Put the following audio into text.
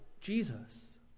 Jesus